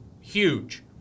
huge